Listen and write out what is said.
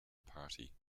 party